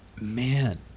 man